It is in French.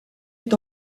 est